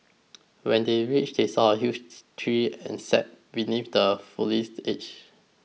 when they reached they saw a huge tree and sat beneath the foliage